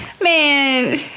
man